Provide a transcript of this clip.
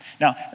Now